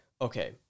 okay